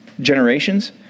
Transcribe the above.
generations